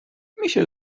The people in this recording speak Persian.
میشه